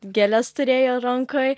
gėles turėjo rankoj